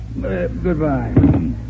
Goodbye